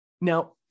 Now